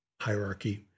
hierarchy